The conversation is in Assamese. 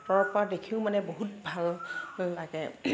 আঁতৰৰ পৰা দেখিও মানে বহুত ভাল লাগে